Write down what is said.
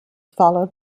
followed